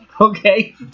Okay